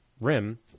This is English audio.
rim